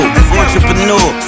entrepreneur